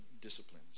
disciplines